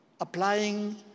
applying